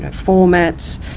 ah formats.